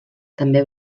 també